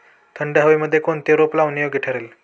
थंड हवेमध्ये कोणते रोप लावणे योग्य ठरेल?